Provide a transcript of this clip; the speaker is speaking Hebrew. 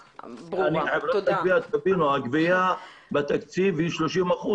הגבייה בתקציב היא 30%,